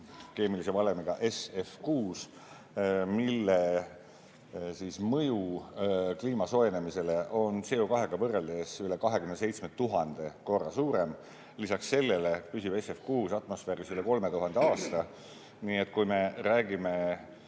keemilise valemiga SF6, mille mõju kliima soojenemisele on CO2-ga võrreldes üle 27 000 korra suurem, lisaks sellele püsib SF6atmosfääris üle 3000 aasta. Nii et kui me räägime